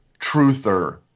truther